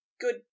good